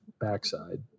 backside